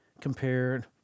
compared